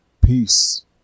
Peace